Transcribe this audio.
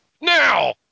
now